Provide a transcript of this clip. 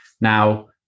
Now